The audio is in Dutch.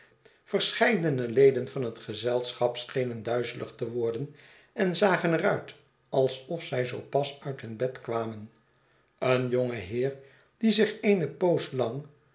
verscheidene leden van het gezelschap schenen duizelig te worden en zaien er uit alsof zij zoo pas uit hun bed kwamen een jong heer die zich eene poos lang